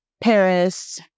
Paris